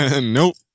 Nope